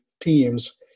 teams